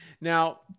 Now